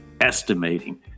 estimating